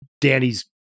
Danny's